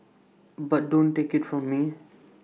but don't take IT from me